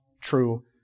true